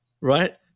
right